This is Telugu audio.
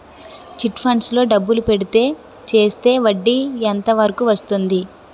చిట్ ఫండ్స్ లో డబ్బులు పెడితే చేస్తే వడ్డీ ఎంత వరకు వస్తుంది?